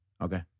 Okay